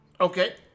Okay